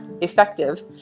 effective